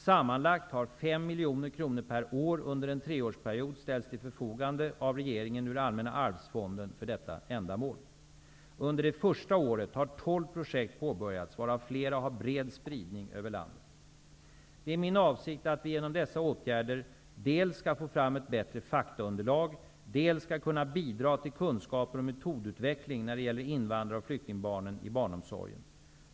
Sammanlagt har 5 miljoner kronor per år under en treårsperiod ställts till förfogande av regeringen ur Allmänna arvsfonden för detta ändamål. Under det första året har tolv projekt påbörjats, varav flera har bred spridning över landet. Det är min avsikt att vi genom dessa åtgärder dels skall få fram ett bättre faktaunderlag, dels skall kunna bidra till kunskaper och metodutveckling när det gäller invandrar och flyktingbarnen i barnomsorgen.